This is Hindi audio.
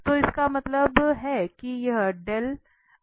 तो इसका मतलब है की यह है